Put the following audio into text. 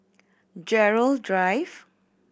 Gerald Drive